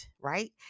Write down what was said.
right